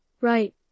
right